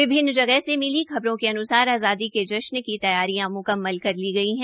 विभिन्न जगहों से मिली खबरों के अनुसर आज़ादी की तैयारियां म्कम्मल कर ली गई हैं